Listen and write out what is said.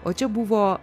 o čia buvo